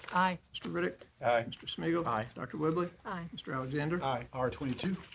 aye. mr. riddick. aye. mr. smigiel. aye. dr. whibley. aye. mr. alexander. aye. r twenty two.